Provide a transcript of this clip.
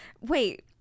wait